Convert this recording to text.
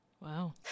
Wow